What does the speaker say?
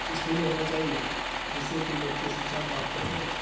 school ہونا چاہیے جس سے کہ بچے شکچھا پراپت کر سکیں